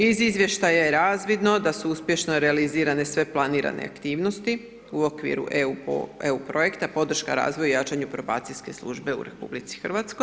Iz izvještaja je razvidno da su uspješno realizirane sve planirane aktivnosti u okviru EU projekta, podrška razvoja i jačanje probacijske službe u RH.